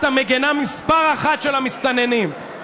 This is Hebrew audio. את המגינה מספר אחת של המסתננים.